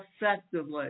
effectively